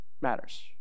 matters